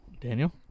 Daniel